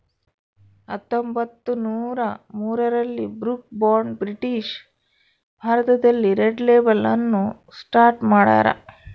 ಹತ್ತೊಂಬತ್ತುನೂರ ಮೂರರಲ್ಲಿ Brooke Bond British ಭಾರತದಲ್ಲಿ ರೆಡ್ ಲೇಬಲ್ ಅನ್ನು ಸ್ಟಾರ್ಟ್ ಮಾಡ್ಯಾರ